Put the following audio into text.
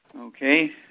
Okay